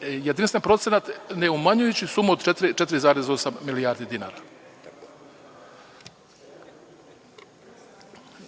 jedinstven procenat, ne umanjujući sumu od 4,8 milijardi dinara.